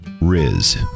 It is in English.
Riz